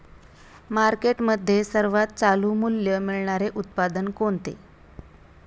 मार्केटमध्ये सर्वात चालू मूल्य मिळणारे उत्पादन कोणते?